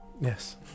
Yes